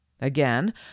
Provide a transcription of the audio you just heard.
Again